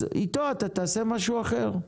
אז איתו אתה תעשה משהו אחר.